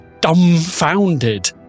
dumbfounded